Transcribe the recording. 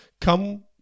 Come